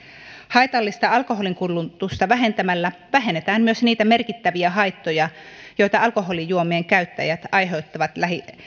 haitallista alkoholinkulutusta vähentämällä vähennetään myös niitä merkittäviä haittoja joita alkoholijuomien käyttäjät aiheuttavat